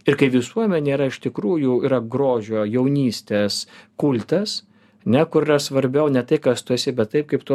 ir kaip visuomenė yra iš tikrųjų yra grožio jaunystės kultas ne kur yra svarbiau ne tai kas tu esi bet taip kaip tu